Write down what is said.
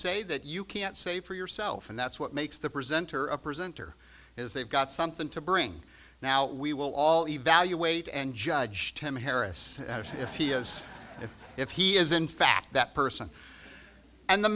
say that you can't say for yourself and that's what makes the presenter a presenter is they've got something to bring now we will all evaluate and judge him harris if he is if he is in fact that person and the